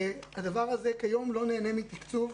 הדבר הזה כיום לא נהנה מתקצוב.